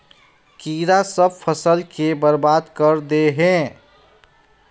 कीड़ा सब फ़सल के बर्बाद कर दे है?